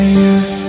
youth